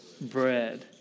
bread